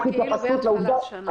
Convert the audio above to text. שומעים מקוטע....